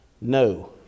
No